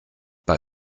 bei